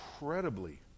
incredibly